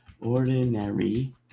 Ordinary